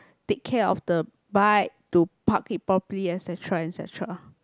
to take care of the bike to park it probably et cetera et cetera